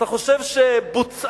אתה חושב שבוצעו